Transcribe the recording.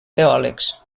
teòlegs